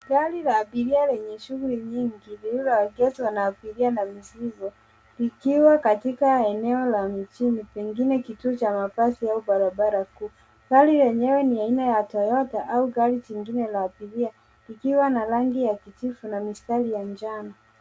Gari la abiria lenye shughuli nyingi lililoegeshwa na abiria na mizigo likiwa katika eneo la mjini pengine kituo cha mabasi au barabara kuu. Gari lenyewe ni aina ya Toyota au gari jingine la abiria likiwa na rangi ya kijivu na mistari ya njano.